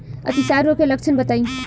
अतिसार रोग के लक्षण बताई?